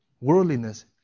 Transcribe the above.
Worldliness